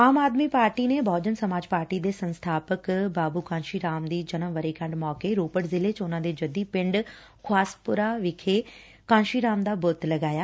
ਆਮ Aadmi party ਨੇ Bahujan Samaj party ਦੇ ਸੰਸਬਾਪਕ ਬਾਬੁ ਕਾਂਸੀ ਰਾਮ ਦੇ ਜਨਮ ਵਰੇਗੰਢ ਮੌਕੇ ਰੋਪੜ ਜ਼ਿਲੇ ਚ ਉਨਾਂ ਦੇ ਜੱਦੀ ਪਿੰਡ ਖੁਆਸਪੁਰਾ ਵਿਖੇ ਕਾਂਸੀ ਰਾਮ ਦਾ ਬੁੱਤ ਲਗਾਇਆ